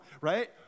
right